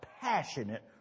passionate